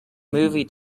movie